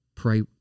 Pray